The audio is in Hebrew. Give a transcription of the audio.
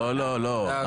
לא, לא, לא.